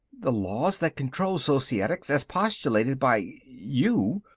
the laws that control societics, as postulated by. you,